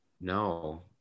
no